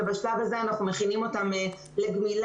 שבשלב הזה אנחנו מכינים אותם לגמילה,